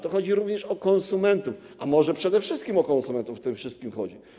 To chodzi również o konsumentów, a może przede wszystkim o konsumentów w tym wszystkim chodzi.